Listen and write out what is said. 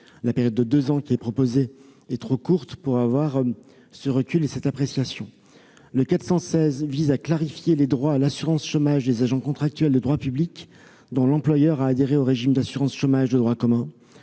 La période de deux ans proposée est trop courte. L'amendement n° 416 tend à clarifier les droits à l'assurance chômage des agents contractuels de droit public, dont l'employeur a adhéré au régime d'assurance chômage de droit commun.